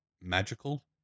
magical